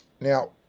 Now